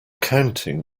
counting